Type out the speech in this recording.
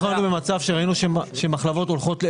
אנחנו היינו במצב שראינו שמחלבות הולכות לקרוס.